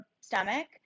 stomach